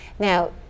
Now